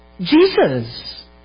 Jesus